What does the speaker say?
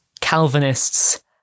Calvinists